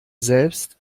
selbst